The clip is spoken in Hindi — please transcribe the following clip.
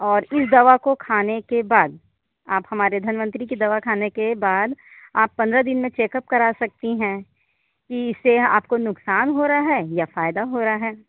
और इस दवा को खाने के बाद आप हमारी धन्वंतरि की दवा खाने के बाद आप पंद्रह दिन में चेकअप करा सकती हैं कि इससे आपको नुकसान हो रहा है या फ़ायदा हो रहा है